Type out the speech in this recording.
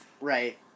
Right